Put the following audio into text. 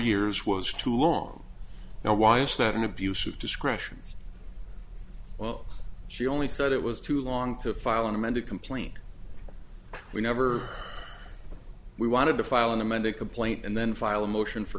years was too long now why is that an abuse of discretion well she only said it was too long to file an amended complaint we never we wanted to file an amended complaint and then file a motion for